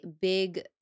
big